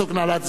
מי נגד?